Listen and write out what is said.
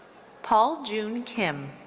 paul joon kim.